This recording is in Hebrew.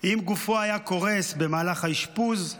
אם גופו היה קורס במהלך האשפוז,